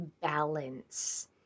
balance